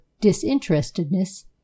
disinterestedness